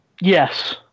Yes